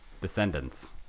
Descendants